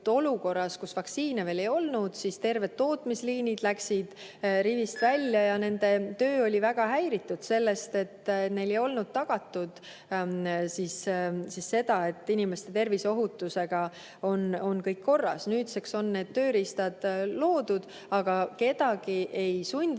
olukorras, kus vaktsiini veel ei olnud, terved tootmisliinid läksid rivist välja. Nende töö oli väga häiritud sellest, et neil ei olnud tagatud see, et inimeste terviseohutusega on kõik korras. Nüüdseks on need tööriistad loodud, aga kedagi ei